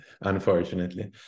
unfortunately